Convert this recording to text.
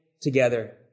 together